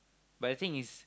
but the thing is